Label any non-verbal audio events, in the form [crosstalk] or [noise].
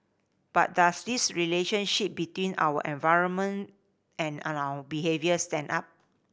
but does this relationship between our environment and [unintelligible] our behaviour stand up